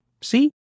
See